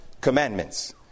commandments